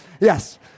Yes